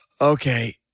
Okay